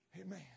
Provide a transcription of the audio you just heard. Amen